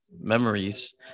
memories